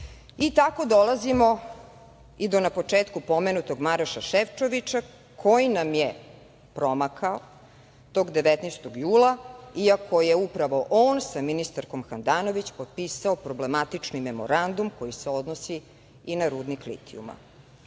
dolazimo i do na početku pomenutog Maroša Šefčoviča, koji nam je promakao tog 19. jula, iako je upravo on sa ministarkom Handanović potpisao problematični memorandum koji se odnosi i na rudnik litijuma.